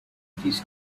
these